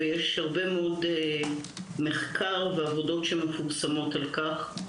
ויש הרבה מאוד מחקר ועבודות שמפורסמות על כך.